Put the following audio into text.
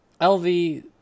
LV